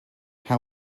how